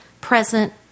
present